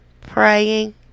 Praying